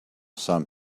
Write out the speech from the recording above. some